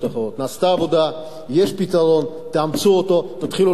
נעשתה עבודה, יש פתרון, תאמצו אותו, תתחילו לעבוד.